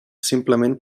simplement